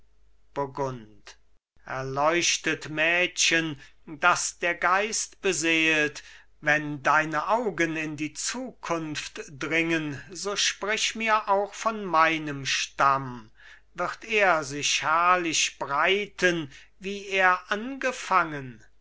erleuchtet mädchen das der geist beseelt wenn deine augen in die zukunft dringen so sprich mir auch von meinem stamm wird er sich herrlich breiten wie er angefangen